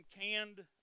canned